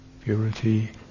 purity